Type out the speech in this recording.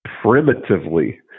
primitively